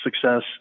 success